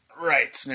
right